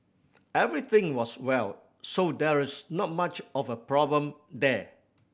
everything was well so there is not much of a problem there